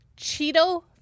Cheeto